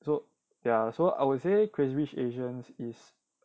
so ya so I would say crazy rich asians is